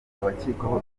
abakekwaho